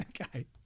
Okay